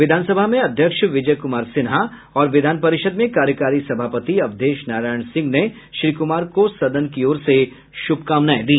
विधानसभा में अध्यक्ष विजय कुमार सिन्हा और विधान परिषद में कार्यकारी सभापति अवधेश नारायण सिंह ने श्री कुमार को सदन की ओर से शुभकामनाएं दी